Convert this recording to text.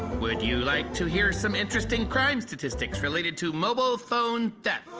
would you like to hear some interesting crime statistics related to mobile phone theft!